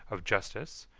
of justice,